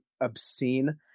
obscene